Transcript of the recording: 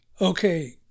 Okay